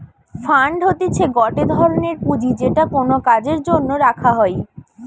fund হতিছে গটে ধরনের পুঁজি যেটা কোনো কাজের জন্য রাখা হই